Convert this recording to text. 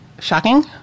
shocking